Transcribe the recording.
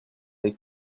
les